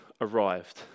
arrived